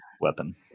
weapon